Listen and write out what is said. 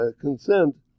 consent